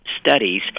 studies